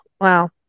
Wow